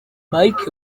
mike